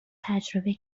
تجربه